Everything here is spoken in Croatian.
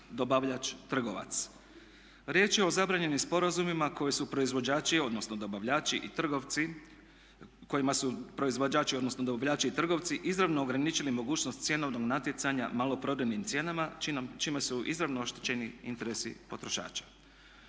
dobavljači i trgovci kojima su proizvođači odnosno dobavljači i trgovci izravno ograničili mogućnost cjenovnog natjecanja maloprodajnim cijenama čime su izravno oštećeni interesi potrošača.